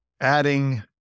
adding